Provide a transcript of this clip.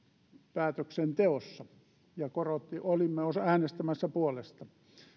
päätöksenteossa ja olimme äänestämässä puolesta